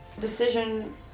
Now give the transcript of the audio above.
decision